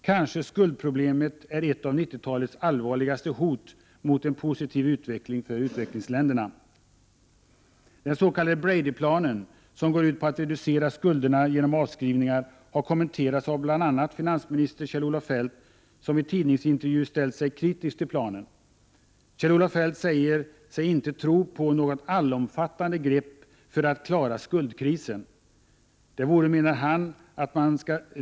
Kanske skuldproblemet är ett av 90-talets allvarligaste hot mot en positiv utveckling för utvecklingsländerna. Den s.k. Bradyplanen, som går ut på att reducera skulderna genom avskrivningar, har kommenterats av bl.a. finansminister Kjell-Olof Feldt, somien tidningsintervju ställt sig kritisk till planen. Kjell-Olof Feldt säger sig inte tro på något allomfattande grepp för att klara skuldkrisen.